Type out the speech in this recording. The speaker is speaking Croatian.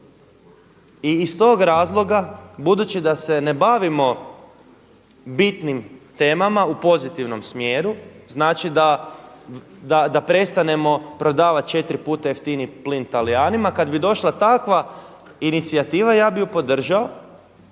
I iz tog razloga budući da se ne bavimo bitnim temama u pozitivnom smjeru, znači da prestanemo prodavati četiri puta jeftiniji plin Talijanima, kada bi došla takva inicijativa ja bi ju podržao.